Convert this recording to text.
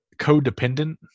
codependent